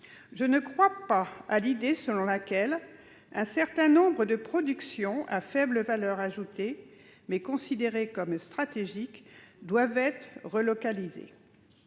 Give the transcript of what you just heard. Je ne crois pas à l'idée selon laquelle un certain nombre de productions à faible valeur ajoutée, mais considérées comme stratégiques, devraient être relocalisées.